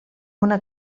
una